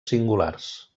singulars